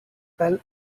fell